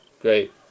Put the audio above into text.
Great